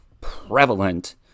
prevalent